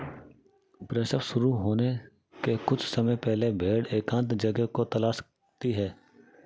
प्रसव शुरू होने के कुछ समय पहले भेड़ एकांत जगह को तलाशती है